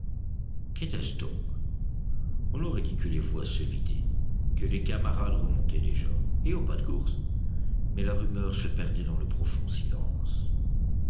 donc on aurait dit que les voies se vidaient que les camarades remontaient déjà et au pas de course mais la rumeur se perdait dans le profond silence